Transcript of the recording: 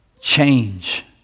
change